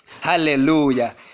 hallelujah